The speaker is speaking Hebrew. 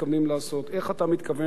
איך אתה מתכוון להוביל את זה?